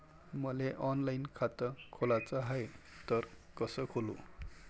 मले ऑनलाईन खातं खोलाचं हाय तर कस खोलू?